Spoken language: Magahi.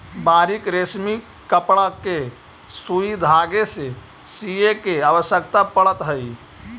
बारीक रेशमी कपड़ा के सुई धागे से सीए के आवश्यकता पड़त हई